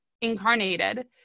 incarnated